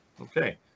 Okay